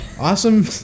awesome